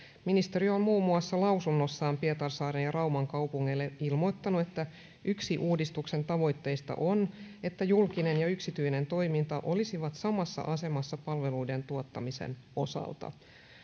ministeriö on muun muassa lausunnossaan pietarsaaren ja rauman kaupungeille ilmoittanut että yksi uudistuksen tavoitteista on että julkinen ja yksityinen toiminta olisivat samassa asemassa palveluiden tuottamisen osalta